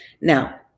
now